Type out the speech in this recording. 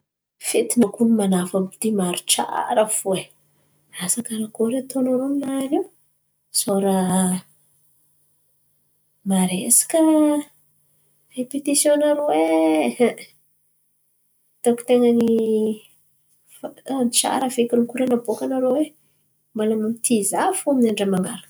Fety narô kony manafo àby ity maro tsara fo e. Asa karakory atônarô aminany io? Misora maresaka repetision narô e, hitako tan̈a ny i tsara feky raha na natsoaka naroe. Mbala n'olo ty zaha fo aminy andra man̈araka.